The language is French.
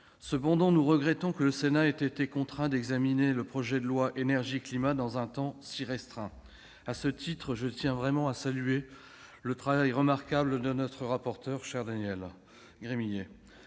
Cependant, nous regrettons que le Sénat ait été contraint d'examiner ce projet de loi relatif à l'énergie et au climat dans un temps si restreint. À ce titre, je tiens à saluer le travail remarquable de notre rapporteur, cher Daniel Gremillet.